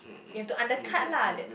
you have to under cut lah that